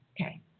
Okay